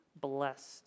blessed